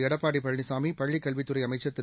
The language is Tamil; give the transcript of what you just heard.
எடப்பாடி பழனிசாமி பள்ளிக்கல்வித்துறை அமைச்ச் திரு